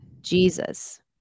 Jesus